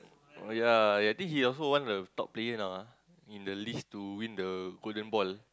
oh ya ya I think he also one of the top player now ah in the list to win the golden ball